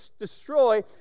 destroy